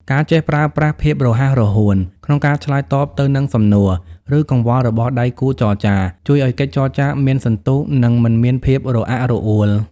ការចេះប្រើប្រាស់ "ភាពរហ័សរហួន" ក្នុងការឆ្លើយតបទៅនឹងសំណួរ ឬកង្វល់របស់ដៃគូចរចា ជួយឱ្យកិច្ចចរចាមានសន្ទុះ និងមិនមានភាពរអាក់រអួល។